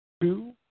two